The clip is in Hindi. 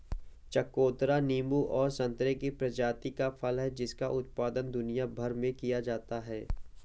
चकोतरा नींबू और संतरे की प्रजाति का फल है जिसका उत्पादन दुनिया भर में किया जाता है